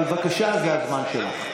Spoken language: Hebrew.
אבל בבקשה, זה הזמן שלך.